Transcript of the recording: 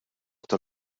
tal